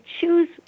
choose